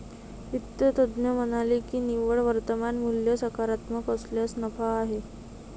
वित्त तज्ज्ञ म्हणाले की निव्वळ वर्तमान मूल्य सकारात्मक असल्यास नफा आहे